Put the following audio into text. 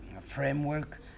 framework